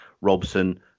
robson